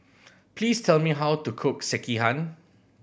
please tell me how to cook Sekihan